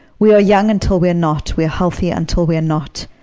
we are young until we are not, we are healthy until we are not,